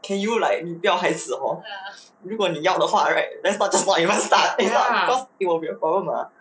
can you like 你不要孩子 hor 如果你要的话 right let's just not even start you know it will be a problem lah